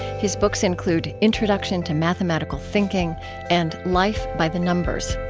his books include introduction to mathematical thinking and life by the numbers